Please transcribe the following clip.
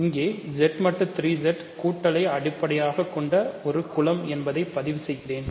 இங்கே Z மட்டு 3 Z கூட்டலை அடிப்படையாகக்கொண்ட குலம் என்பதை பதிவு செய்கிறேன்